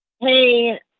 Hey